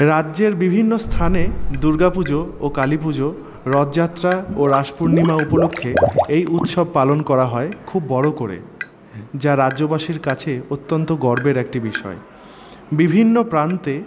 রাজ্যের বিভিন্ন স্থানে দুর্গাপুজো ও কালীপুজো রথযাত্রা ও রাস পূর্ণিমা উপলক্ষে এই উৎসব পালন করা হয় খুব বড় করে যা রাজ্যবাসীর কাছে অত্যন্ত গর্বের একটি বিষয় বিভিন্ন প্রান্তে